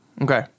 okay